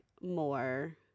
more